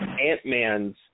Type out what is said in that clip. Ant-Man's